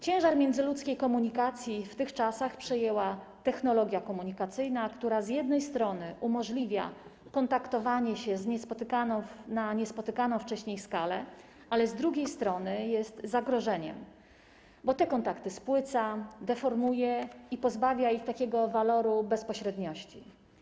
Ciężar międzyludzkiej komunikacji w tych czasach przejęła technologia komunikacyjna, która z jednej strony umożliwia kontaktowanie się na niespotykaną wcześniej skalę, ale z drugiej strony jest zagrożeniem, bo te kontakty spłyca, deformuje i pozbawia waloru bezpośredniości.